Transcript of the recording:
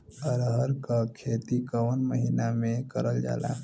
अरहर क खेती कवन महिना मे करल जाला?